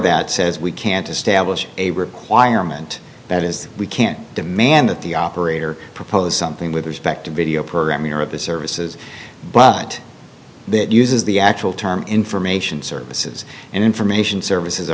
that says we can't establish a requirement that is we can't demand that the operator propose something with respect to video programming or of the services but that uses the actual term information services and information services